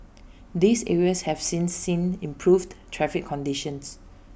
these areas have since seen improved traffic conditions